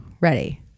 ready